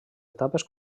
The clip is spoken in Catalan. etapes